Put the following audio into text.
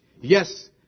Yes